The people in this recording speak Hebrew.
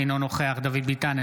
אינו נוכח דוד ביטן,